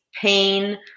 pain